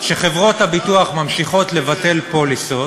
שחברות הביטוח ממשיכות לבטל פוליסות